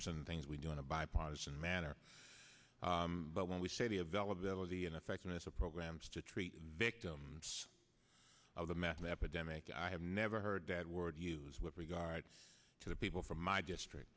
percent of things we do in a bipartisan manner but when we say the availability and effectiveness of programs to treat victims of the mathematica demick i have never heard that word use with regards to the people from my district